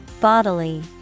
Bodily